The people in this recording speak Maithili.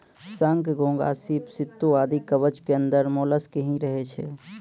शंख, घोंघा, सीप, सित्तू आदि कवच के अंदर मोलस्क ही रहै छै